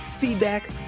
feedback